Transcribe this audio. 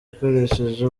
ikoresheje